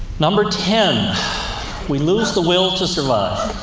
number ten we lose the will to survive.